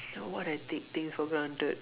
mm what I take things for granted